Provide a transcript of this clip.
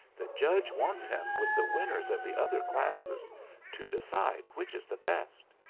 the judge wants him with the winners of the other classes to decide which is the best.